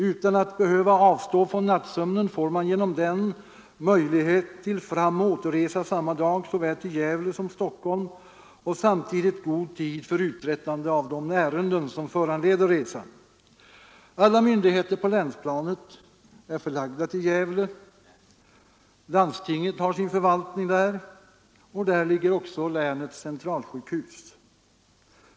Utan att behöva avstå från nattsömnen får man genom den turen möjlighet till framoch återresa samma dag till såväl Gävle som Stockholm och även god tid för uträttande av de ärenden som föranleder resan. Alla myndigheter på länsplanet är förlagda till Gävle. Landstinget har sin förvaltning där, och där ligger också länets centralsjukhus.